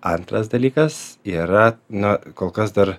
antras dalykas yra na kol kas dar